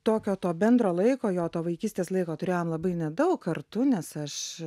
tokio to bendro laiko jo to vaikystės laiko turėjom labai nedaug kartu nes aš